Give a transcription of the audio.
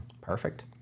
perfect